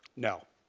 no.